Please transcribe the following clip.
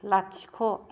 लाथिख'